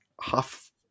half